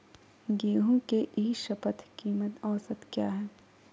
गेंहू के ई शपथ कीमत औसत क्या है?